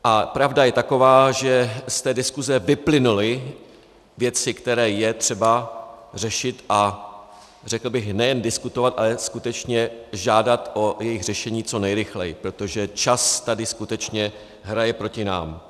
A pravda je taková, že z té diskuse vyplynuly věci, které je třeba řešit a řekl bych nejen diskutovat, ale skutečně žádat o jejich řešení co nejrychleji, protože čas tady skutečně hraje proti nám.